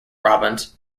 brabant